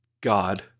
God